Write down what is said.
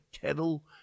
kettle